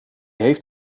heeft